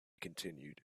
continued